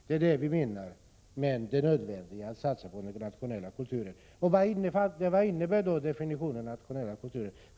Det är det vi menar när vi talar om att det är nödvändigt att satsa på den nationella kulturen. Vad är då nationell kultur?